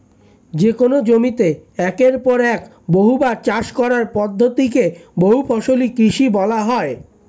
যেকোন জমিতে একের পর এক বহুবার চাষ করার পদ্ধতি কে বহুফসলি কৃষি বলা হয়